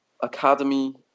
academy